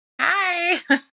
Hi